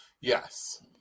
Yes